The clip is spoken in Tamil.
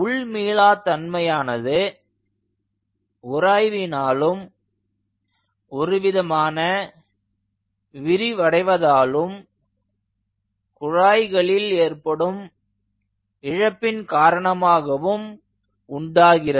உள் மீளா தன்மையானது உராய்வினாலும் ஒருவிதமான விரிவடைவதாலும் குழாய்களில் ஏற்படும் இழப்பின் காரணமாகவும் உண்டாகிறது